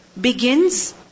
begins